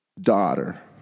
daughter